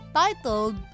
titled